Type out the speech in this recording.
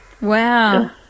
Wow